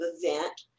event